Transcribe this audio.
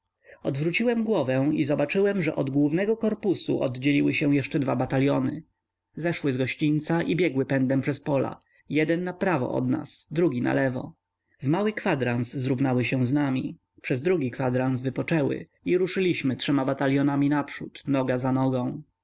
odwróciłem głowę i zobaczyłem że od głównego korpusu oddzieliły się jeszcze dwa bataliony zeszły z gościńca i biegły pędem przez pola jeden naprawo od nas drugi nalewo w mały kwadrans zrównały się z nami przez drugi kwadrans wypoczęły i ruszyliśmy trzema batalionami naprzód noga za nogą